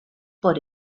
por